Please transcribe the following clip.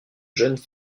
jeunes